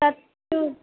तत्तु